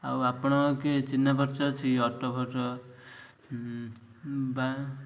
ଆଉ ଆପଣ କିଏ ଚିହ୍ନା ପରିଚୟ ଅଛି ଅଟୋ ଫଟୋ ବା